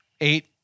Eight